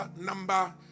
number